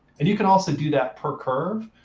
and you can also do that per curve.